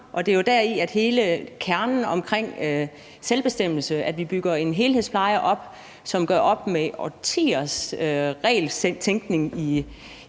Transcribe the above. og det er jo det, der er hele kernen i selvbestemmelse, altså at vi bygger en helhedspleje op, som gør op med årtiers regeltænkning i